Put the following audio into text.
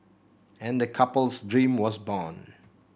and the couple's dream was born